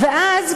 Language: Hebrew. ואז,